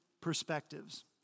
Perspectives